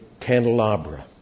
candelabra